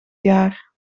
jaar